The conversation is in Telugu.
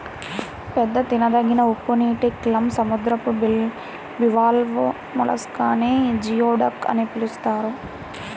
పెద్ద తినదగిన ఉప్పునీటి క్లామ్, సముద్రపు బివాల్వ్ మొలస్క్ నే జియోడక్ అని పిలుస్తారు